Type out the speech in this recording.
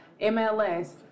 MLS